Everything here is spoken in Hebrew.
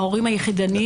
ההורים היחידניים.